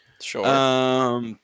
Sure